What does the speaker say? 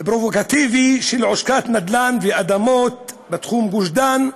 פרובוקטיבי לעושק נדל"ן ואדמות בתחום גוש דן,